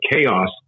chaos